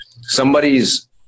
Somebody's